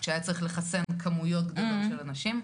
כשהיה צריך לחסן כמויות גדולות של אנשים.